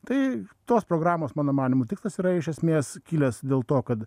tai tos programos mano manymu tikslas yra iš esmės kilęs dėl to kad